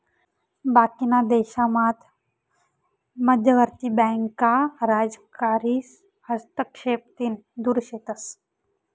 बाकीना देशामात मध्यवर्ती बँका राजकारीस हस्तक्षेपतीन दुर शेतस